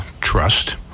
trust